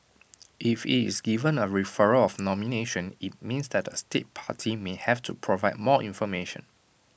if IT is given A referral of nomination IT means that A state party may have to provide more information